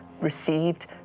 received